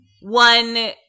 one